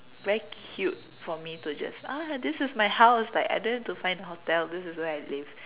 very cute for me to just ah here this is my house like I don't have to find a hotel this is where I live